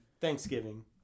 thanksgiving